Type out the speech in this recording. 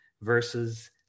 versus